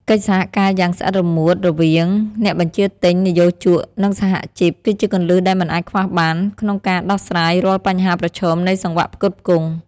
កិច្ចសហការយ៉ាងស្អិតរមួតរវាងអ្នកបញ្ជាទិញ និយោជក និងសហជីព គឺជាគន្លឹះដែលមិនអាចខ្វះបានក្នុងការដោះស្រាយរាល់បញ្ហាប្រឈមនៃសង្វាក់ផ្គត់ផ្គង់។